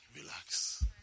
relax